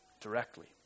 directly